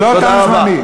לא תם זמני.